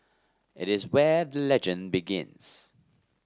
it is where the legend begins